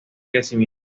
crecimiento